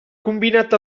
combinat